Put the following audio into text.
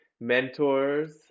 mentors